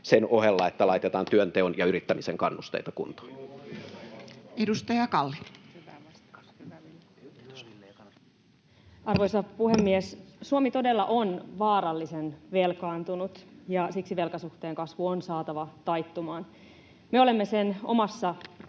sen ohella, että laitetaan työnteon ja yrittämisen kannusteita kuntoon. Edustaja Kalli. Arvoisa puhemies! Suomi todella on vaarallisen velkaantunut, ja siksi velkasuhteen kasvu on saatava taittumaan. Me olemme sen omassa